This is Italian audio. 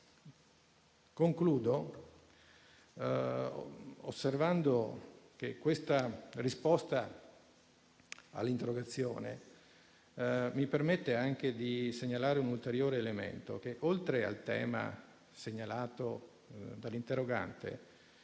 Concludo osservando che la risposta a questa interrogazione mi permette anche di segnalare un ulteriore elemento. Oltre al tema sollevato dall'interrogante